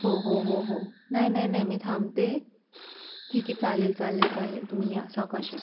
हो हो हो हो नाही नाही नाही मी थांबते ठीक आहे चालेल चालेल चालेल तुम्ही या सावकाश या